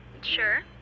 Sure